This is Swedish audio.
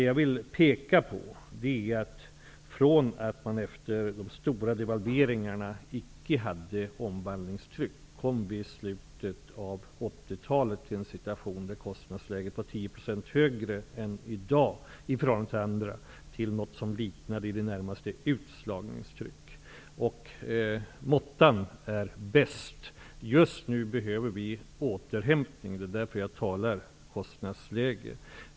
Jag vill dock peka på att vi tidigare på grund av de stora devalveringarna inte hade något omvandlingstryck. I slutet på 1980-talet kom vi i en situation där kostnadsläget var 10 % högre än i andra länder. Därmed fick vi något som närmast liknade ett utslagningstryck. Måttan är bäst. Just nu behöver vi återhämtning. Det är därför jag talar om kostnadsläge.